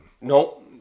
No